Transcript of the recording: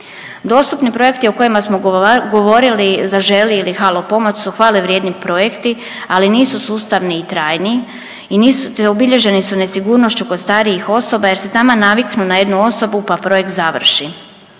Dostupni projekti o kojima smo govorili „Zaželi“ ili „Halo pomoć“ su hvale vrijedni projekti, ali nisu sustavni i trajni i nisu, te obilježeni su nesigurnošću kod starijih osoba jer se taman naviknu na jednu osobu, pa projekt završi.